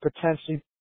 potentially